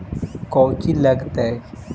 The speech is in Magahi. कौची लगतय?